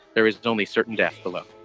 there is only certain defillo